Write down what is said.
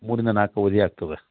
ಮೂರಿಂದ ನಾಲ್ಕು ಅವಧಿ ಆಗ್ತದೆ